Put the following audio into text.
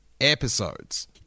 episodes